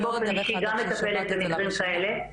אני באופן אישי גם מטפלת במקרים כאלה.